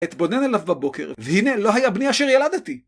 אתבונן אליו בבוקר, והנה לא היה בני אשר ילדתי.